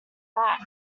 back